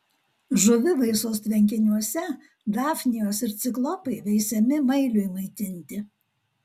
žuvivaisos tvenkiniuose dafnijos ir ciklopai veisiami mailiui maitinti